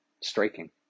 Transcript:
striking